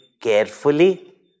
carefully